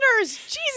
Jesus